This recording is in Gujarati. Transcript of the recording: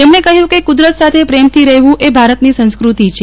તેમણે કહ્યું કે કુદરત સાથે પ્રેમથી રહેવું એ ભારતની સંસ્કૃતિ છે